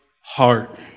heart